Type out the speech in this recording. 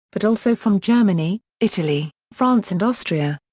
but also from germany, italy, france and austria.